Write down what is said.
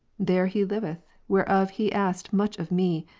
there he liveth, whereof he asked much of me,